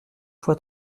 fois